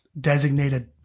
designated